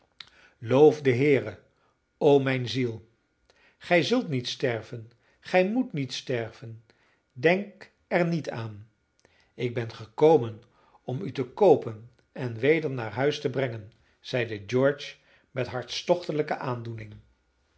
loof den heere o mijne ziel gij zult niet sterven gij moet niet sterven denk er niet aan ik ben gekomen om u te koopen en weder naar huis te brengen zeide george met hartstochtelijke aandoening